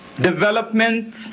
development